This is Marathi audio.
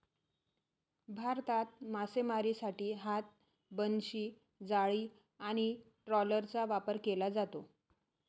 भारतात मासेमारीसाठी हात, बनशी, जाळी आणि ट्रॉलरचा वापर केला जातो